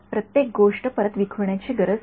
प्रत्येक गोष्ट परत विखुरण्याची गरज नाही